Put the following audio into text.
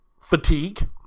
fatigue